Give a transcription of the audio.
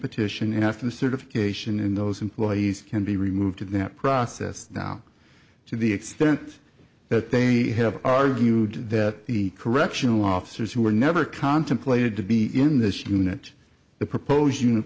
petition after the certification in those employees can be removed in that process now to the extent that they have argued that the correctional officers who were never contemplated to be in this unit the